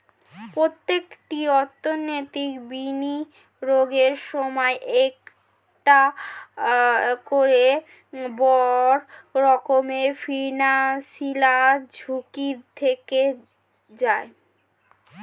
প্রত্যেকটি অর্থনৈতিক বিনিয়োগের সময়ই একটা করে বড় রকমের ফিনান্সিয়াল ঝুঁকি থেকে যায়